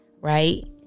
right